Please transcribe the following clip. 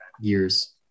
years